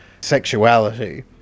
sexuality